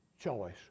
choice